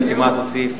בשאלות שלא היו מתריסות,